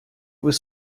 was